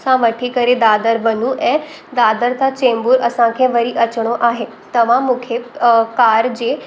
सां वठी करे दादर वञूं ऐं दादर तां चेंबूर असांखे वरी अचिणो आहे तव्हां मूंखे अ कार जे